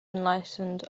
enlightened